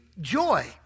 joy